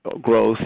Growth